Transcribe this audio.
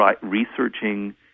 researching